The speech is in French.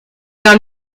car